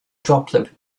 droplet